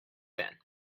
then